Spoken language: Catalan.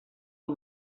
del